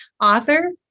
author